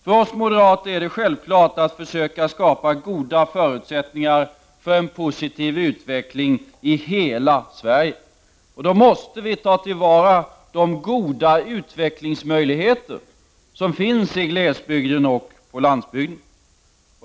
För oss moderater är det självklart att försöka skapa goda förutsättningar för en positiv utveckling i hela Sverige. Då måste vi ta till vara de goda utvecklingsmöjligheter som finns i glesbygden och på landsbygden.